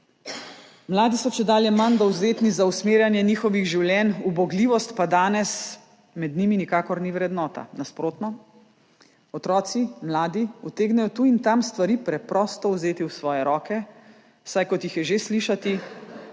Mladi so čedalje manj dovzetni za usmerjanje njihovih življenj, ubogljivost pa danes med njimi nikakor ni vrednota. Nasprotno, otroci mladi utegnejo tu in tam stvari preprosto vzeti v svoje roke, saj, kot jih je že slišati,